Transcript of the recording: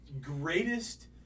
Greatest